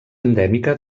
endèmica